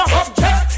object